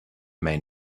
may